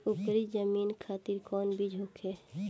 उपरी जमीन खातिर कौन बीज होखे?